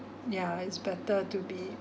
yeah it's better to be